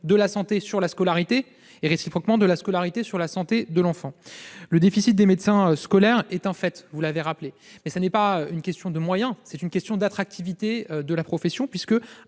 de la santé sur la scolarité et, réciproquement, de la scolarité sur la santé de l'enfant. Le déficit des médecins scolaires est un fait, vous l'avez rappelé. Ce n'est pas une question de moyens, car, ce qui est en cause, c'est l'attractivité de la profession, comme